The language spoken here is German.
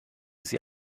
sie